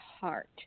heart